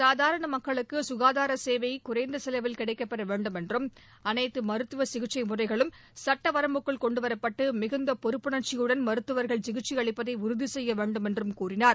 சாதாரண மக்களுக்கு சுகாதார சேவை குறைந்த செலவில் கிடைக்கப் பெற வேண்டும் என்றும் அனைத்து மருத்துவ சிகிச்சை முறைகளும் பொறுப்புணர்ச்சியுடன் மருத்துவர்கள் சிகிச்சை அளிப்பதை உறுதி செய்ய வேண்டும் என்றும் கூறினார்